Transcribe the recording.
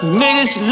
niggas